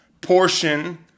portion